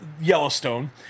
Yellowstone